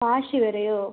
Kashi വരെയോ